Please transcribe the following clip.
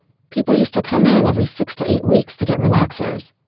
people used to come in every six to eight weeks to get relaxers.